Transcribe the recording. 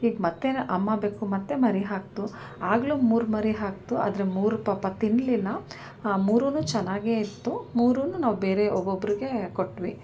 ಈಗ ಮತ್ತು ನ ಅಮ್ಮ ಬೆಕ್ಕು ಮತ್ತು ಮರಿ ಹಾಕಿತು ಆಗಲೂ ಮೂರು ಮರಿ ಹಾಕಿತು ಆದರೆ ಮೂರೂ ಪಾಪ ತಿನ್ನಲಿಲ್ಲ ಆ ಮೂರೂ ಚೆನ್ನಾಗೆ ಇತ್ತು ಮೂರೂ ನಾವು ಬೇರೆ ಒಬ್ಬೊಬ್ರಿಗೆ ಕೊಟ್ವಿ